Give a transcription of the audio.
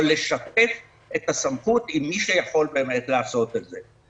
לשתף את הסמכות עם מי שיכול באמת לעשות את זה.